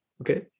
Okay